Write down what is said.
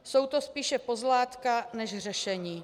Jsou to spíše pozlátka než řešení.